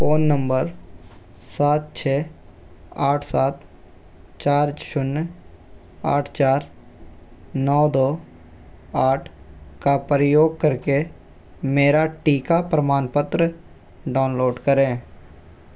phone number सात छः आठ सात चार शून्य आठ चार नौ दो आठ का प्रयोग करके मेरा टीका प्रमाणपत्र डाउनलोड करें